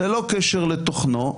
ללא קשר לתוכנו,